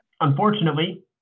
Unfortunately